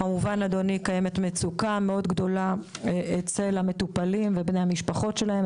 כמובן קיימת מצוקה מאוד גדולה אצל המטופלים ובני המשפחות שלהם,